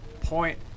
point